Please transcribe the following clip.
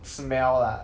smell lah